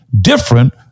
Different